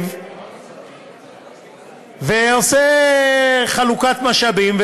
ועושה חלוקת משאבים,